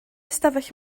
ystafell